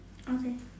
okay